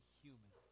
human